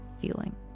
feeling